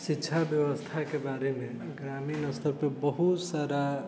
शिक्षा व्यवस्थाके बारेमे ग्रामीण स्तर पर बहुत सारा